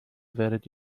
werdet